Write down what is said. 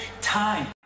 time